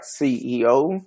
CEO